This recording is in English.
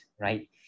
right